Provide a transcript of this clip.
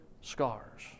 scars